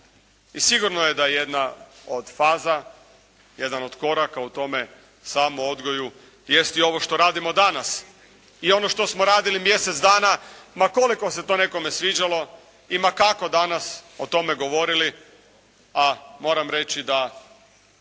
i sigurno je da jedna od faza, jedan od koraka u tome u samom odgoju jest i ovo što radimo danas i ono što smo radili mjesec dana. Ma koliko se to nekome sviđalo i ma kako danas o tome govorili a moram reći da